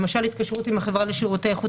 למשל ההתקשרות עם החברה לשירותי איכות